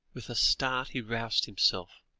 with a start he roused himself,